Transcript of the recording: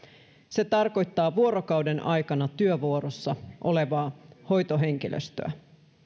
se tarkoittaa vuorokauden aikana työvuorossa olevaa hoitohenkilöstöä